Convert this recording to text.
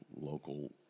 local